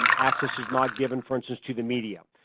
access is not given, for instance, to the media.